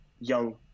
young